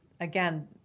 Again